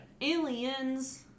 aliens